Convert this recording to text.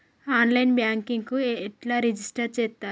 On line banking ఎట్లా register చేత్తరు?